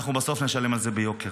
אנחנו בסוף נשלם על זה ביוקר.